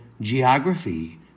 Geography